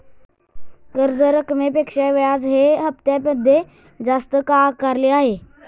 कर्ज रकमेपेक्षा व्याज हे हप्त्यामध्ये जास्त का आकारले आहे?